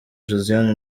josiane